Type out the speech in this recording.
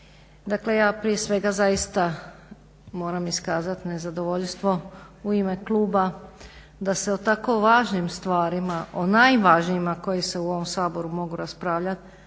Dakle ja prije sveg zaista moram iskazati nezadovoljstvo u ime kluba da se o tako važnim stvarima o najvažnijima koje se u ovom Saboru mogu raspravljati,